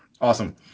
Awesome